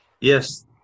Yes